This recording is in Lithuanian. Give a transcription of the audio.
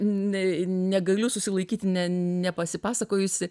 ne negaliu susilaikyti ne nepasipasakojusi